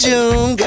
June